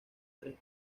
tres